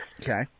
Okay